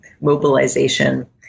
mobilization